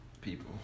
people